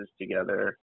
together